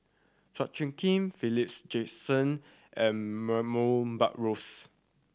Chua Soo Khim Philip Jackson and Buttrose